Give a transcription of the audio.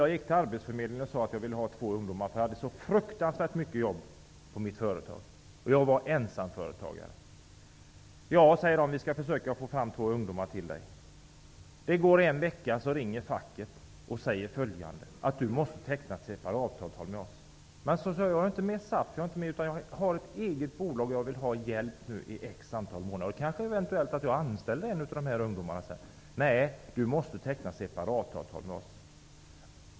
Jag gick till arbetsförmedlingen och sade att jag ville ha två ungdomar, därför att jag hade så fruktansvärt mycket jobb och var ensamföretagare. Vi skall försöka få fram två ungdomar till dig, sade man. Efter två veckor ringde facket och sade att jag måste teckna ett separatavtal med dem. Jag sade att jag inte var med i SAF, att jag hade ett eget bolag och ville ha hjälp i ett antal månader. Eventuellt skulle jag kunna anställa någon av ungdomarna sedan. Nej, sade de, du måste teckna separatavtal med oss.